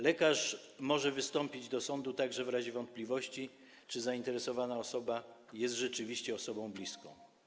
Lekarz może wystąpić do sądu także w razie wątpliwości, czy zainteresowana osoba jest rzeczywiście osobą bliską.